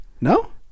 No